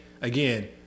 again